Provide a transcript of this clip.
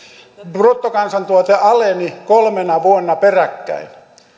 bruttokansantuote aleni kolmena vuonna peräkkäin